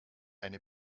eine